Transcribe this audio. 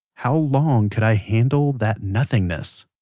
how long could i handle that nothingness?